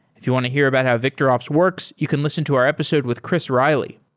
if you want to hear about how victorops works, you can listen to our episode with chris riley.